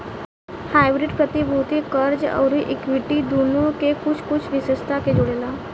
hybrid प्रतिभूति, कर्ज अउरी इक्विटी दुनो के कुछ कुछ विशेषता के जोड़ेला